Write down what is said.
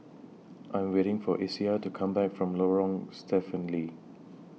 I'm waiting For Isaiah to Come Back from Lorong Stephen Lee